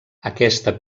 aquesta